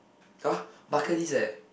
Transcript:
!huh! bucket list eh